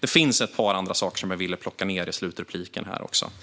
Det finns ett par andra saker som jag också vill ta upp